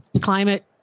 climate